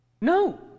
No